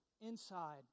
inside